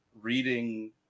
reading